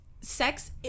sex